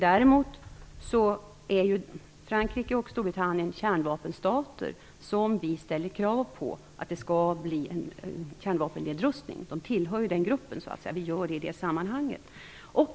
Däremot är Storbritannien och Frankrike kärnvapenstater som vi ställer krav på. Vi vill att det där skall bli en kärnvapennedrustning, eftersom dessa länder tillhör den gruppen.